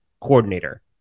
coordinator